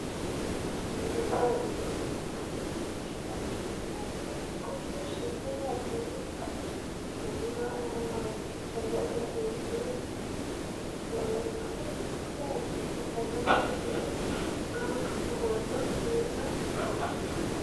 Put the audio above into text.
Umurima urimo ibiti byinshi bitandukanye hasi. Kuko ibyinshi bitematemye. Hanyuma hano hari igiti gihagaze kirekire cy'utubabi tw'icyatsi, hakazamo uturabo tw'umuhondo twiza.